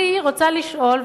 אני רוצה לשאול,